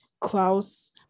Klaus